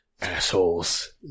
Assholes